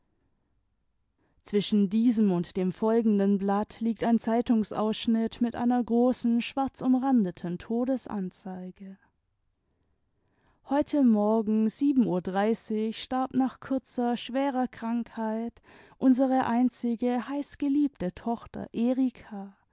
zwischen diesem und dem folgenden blatt liegt ein zeitungsausschnitt mit einer großen schwarzumrandeten todesanzeige heute morgen sieben uhr starb nach kurzer schwerer krankheit unsere einzige heißgeliebte tochter erika